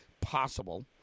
possible